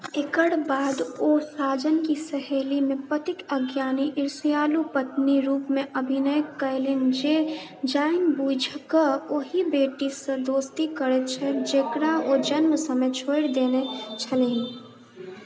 एकर बाद ओ साजन की सहेलीमे पतिक अज्ञानी ईर्ष्यालु पत्नी रूपमे अभिनय कयलनि जे जाइनबूझि कऽ ओहि बेटीसँ दोस्ती करैत छै जकरा ओ जन्मक समय छोड़ि देने छलीह